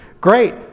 Great